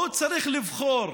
הוא צריך לבחור